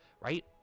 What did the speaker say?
right